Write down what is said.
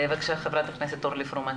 בבקשה, חברת הכנסת אורלי פרומן.